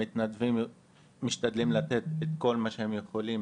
המתנדבים משתדלים לתת את כל מה שהם יכולים